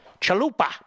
Chalupa